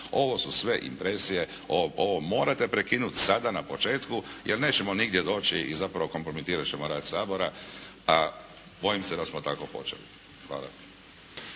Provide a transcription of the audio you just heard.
Ovo su sve impresije, ovo morate prekinuti sada na početku jer nećemo nigdje doći i zapravo kompromitirat ćemo rad Sabora. A bojim se da smo tako počeli. Hvala.